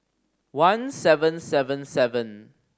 one seven seven seven